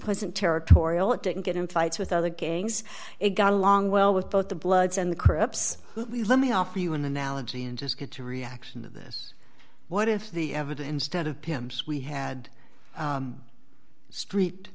wasn't territorial it didn't get in fights with other gangs it got along well with both the bloods and the crips let me offer you an analogy and just get your reaction to this what if the evident in stead of pimm's we had street